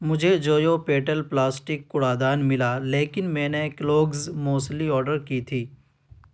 مجھے جویو پیٹل پلاسٹک کوڑا دان ملا لیکن میں نے کیلوگز موسلی آڈر کی تھی